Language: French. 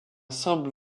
simple